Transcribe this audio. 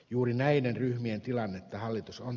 juuri näiden ryhmien tilanne että hallitus on